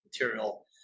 material